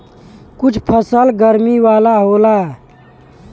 कुछ फसल गरमी वाला होला